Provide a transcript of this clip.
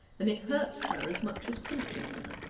and it hurts her as much as pinching her.